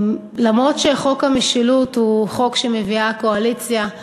למרות שחוק המשילות הוא חוק שמביאה הקואליציה,